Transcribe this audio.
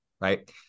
right